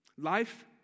Life